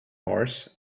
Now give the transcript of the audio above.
mars